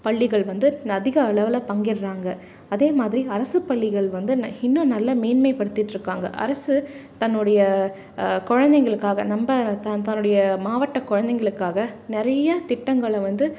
பள்ளிகள் வந்து அதிக அளவில் பங்கேர்றாங்க அதே மாதிரி அரசு பள்ளிகள் வந்து ந இன்னும் நல்ல மேன்மைப்படுத்திட்டு இருக்காங்க அரசு தன்னுடைய குழந்தைங்களுக்காக நம்ப த தன்னுடைய மாவட்ட குழந்தைங்களுக்காக நிறைய திட்டங்களை வந்து